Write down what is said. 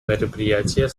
мероприятия